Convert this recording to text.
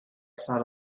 sat